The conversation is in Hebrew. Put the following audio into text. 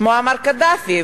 מועמר קדאפי,